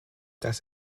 das